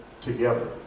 together